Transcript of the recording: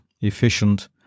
efficient